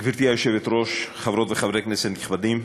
גברתי היושבת-ראש, חברות וחברי כנסת נכבדים,